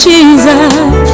Jesus